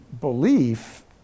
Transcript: belief